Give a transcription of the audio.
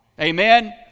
Amen